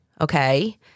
okay